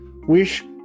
wish